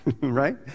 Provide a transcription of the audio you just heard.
right